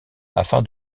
afin